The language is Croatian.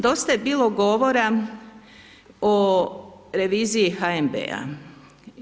Dosta je bilo govora o reviziji HNB-a.